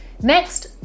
Next